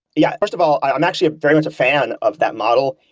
yeah, first of all, i'm actually very much a fan of that model.